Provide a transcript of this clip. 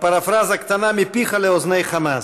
בפרפרזה קטנה: מפיך לאזני חמאס.